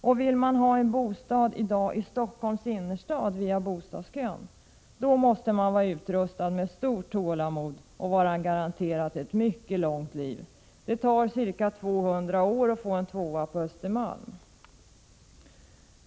Och den som vill ha en bostad i dag i Stockholms innerstad via bostadskön måste vara utrustad med ett stort tålamod och vara garanterad ett mycket långt liv. Det tar ca 200 år att få en tvåa på Östermalm!